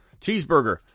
Cheeseburger